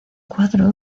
cuadro